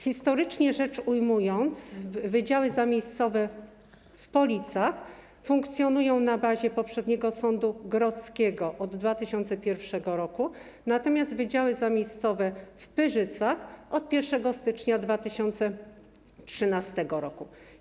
Historycznie rzecz ujmując, wydziały zamiejscowe w Policach funkcjonują na bazie poprzedniego sądu grodzkiego od 2001 r., natomiast wydziały zamiejscowe w Pyrzycach od 1 stycznia 2013 r.